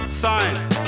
science